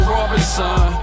Robinson